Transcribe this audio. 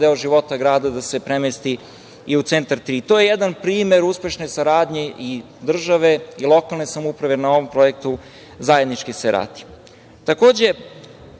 deo života grada da se premesti i u centar tri. Ovo je jedan primer uspešne saradnje države i lokalne samouprave na ovom projektu, zajednička